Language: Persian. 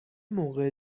موقع